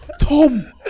Tom